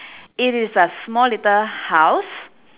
it is a small little house